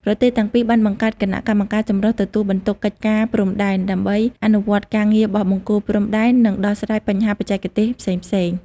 ប្រទេសទាំងពីរបានបង្កើតគណៈកម្មការចម្រុះទទួលបន្ទុកកិច្ចការព្រំដែន ដើម្បីអនុវត្តការងារបោះបង្គោលព្រំដែន និងដោះស្រាយបញ្ហាបច្ចេកទេសផ្សេងៗ។